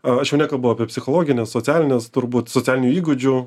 aš jau nekalbu apie psichologines socialines turbūt socialinių įgūdžių